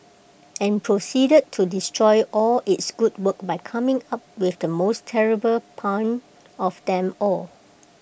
and proceeded to destroy all its good work by coming up with the most terrible pun of them all